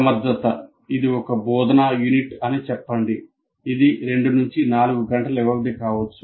సమర్థత ఒక బోధనా యూనిట్ అని చెప్పండి ఇది 2 నుండి 4 గంటల వ్యవధి కావచ్చు